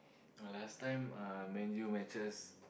oh last time uh Man-U matches